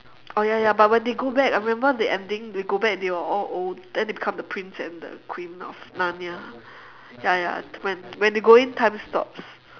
oh ya ya but when they go back I remember the ending they go back and they are all old then they become the prince and the queen of narnia ya ya when they go in time stops